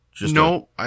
No